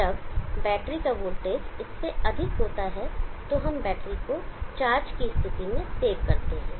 जब बैटरी का वोल्टेज इससे अधिक होता है तो हम बैटरी को चार्ज स्थिति में सेव करते हैं